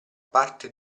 parte